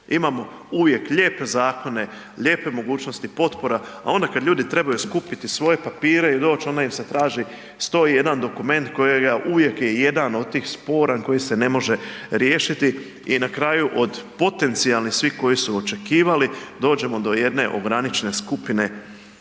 Imamo uvijek lijepe zakone, lijepe mogućnosti potpora, a onda kad ljudi trebaju skupiti svoje papire i doći onda ih se traži 100 i jedan dokument kojega uvijek je jedan od tih sporan koji se ne može riješiti i na kraju od potencijalne svi koji su očekivali dođemo do jedne ograničene skupine